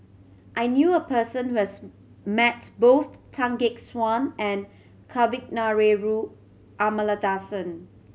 I knew a person who has met both Tan Gek Suan and Kavignareru Amallathasan